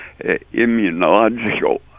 immunological